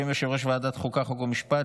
הראשונה ותעבור לדיון בוועדת החוקה, חוק ומשפט